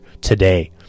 today